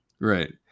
Right